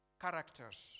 characters